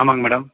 ஆமாங்க மேடம்